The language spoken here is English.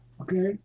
Okay